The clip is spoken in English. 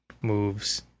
moves